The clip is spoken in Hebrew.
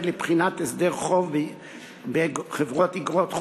לבחינת הסדר חוב בחברת איגרות חוב),